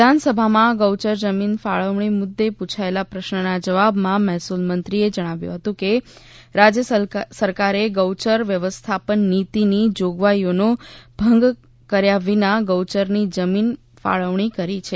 વિધાનસભામાં ગૌચર જમીન ફાળવણી મુદ્દે પૂછાયેલા પ્રશ્નના જવાબમાં મહેસુલમંત્રીએ જણાવ્યું હતું કે રાજ્ય સરકારે ગૌચર વ્યવસ્થાપન નીતીની જોગવાઇઓનો ભંગ કર્યા વિના ગૌચરની જમીનની ફાળવણી કરી છે